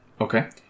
Okay